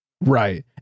Right